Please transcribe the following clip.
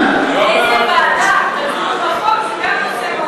איזו ועדה תדון בחוק זה גם נושא מהותי.